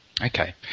okay